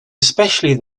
especially